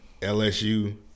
LSU